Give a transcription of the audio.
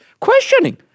questioning